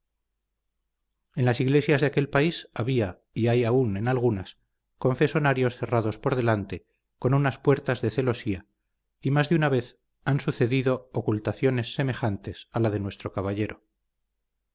en las iglesias de aquel país había y hay aún en algunas confesonarios cerrados por delante con unas puertas de celosía y más de una vez han sucedido ocultaciones semejantes a la de nuestro caballero